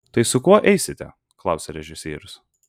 tai su kuo eisite klausia režisierius